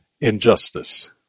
Injustice